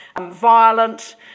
violent